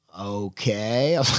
okay